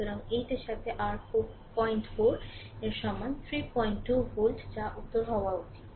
সুতরাং 8 এর সাথে r 04 এর সমান 32 ভোল্ট যা উত্তর হওয়া উচিত